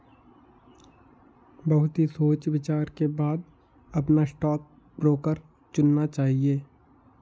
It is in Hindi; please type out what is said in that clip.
बहुत ही सोच विचार के बाद अपना स्टॉक ब्रोकर चुनना चाहिए